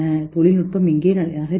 தொழில்நுட்பம் எங்கே நகர்கிறது